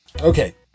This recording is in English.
Okay